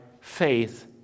faith